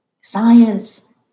science